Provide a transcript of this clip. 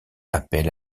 appel